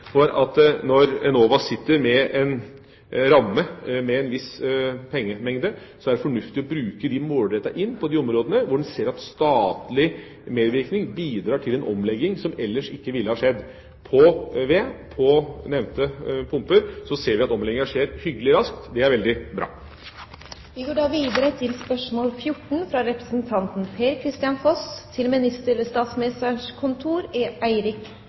for at når Enova sitter med en ramme for en viss pengemengde, er det fornuftig å bruke pengene målrettet på de områdene hvor man ser at statlig medvirkning bidrar til en omlegging som ellers ikke ville ha skjedd. Når det gjelder ved og nevnte pumper, ser vi at omlegginga skjer hyggelig raskt. Det er veldig bra. Jeg tillater meg å stille følgende spørsmål: